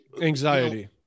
Anxiety